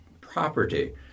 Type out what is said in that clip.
property